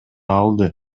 алды